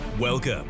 Welcome